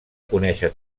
conèixer